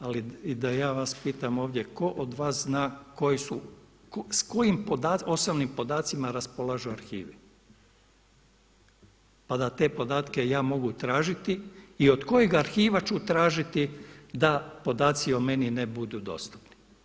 Ali i da ja vas pitam ovdje, tko od vas zna koji su, s kojim osobnim podacima raspolažu arhivi pa da te podatke ja mogu tražiti i od kojeg arhiva ću tražiti da podaci o meni ne budu dostupni.